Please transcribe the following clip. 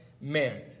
men